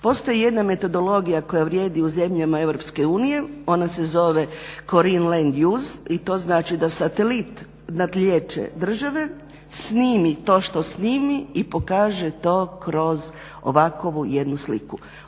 Postoji jedna metodologija koja vrijedi u zemljama EU. Ona se zove …/Govornik se ne razumije./… i to znači da satelit nadlijeće države, snimi to što snimi i pokaže to kroz ovakvu jednu sliku.